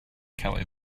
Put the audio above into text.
kelly